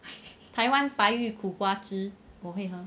台湾白玉苦瓜汁我会喝